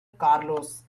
carlos